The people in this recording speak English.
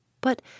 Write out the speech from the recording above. But